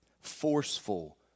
Forceful